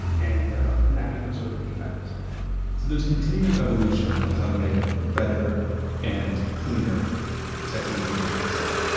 and um and that becomes sort of a de facto standard so there's continual evolution of how to make better and cleaner titanium dioxide.